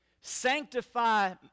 sanctify